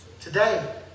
Today